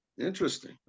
Interesting